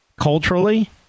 culturally